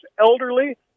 elderly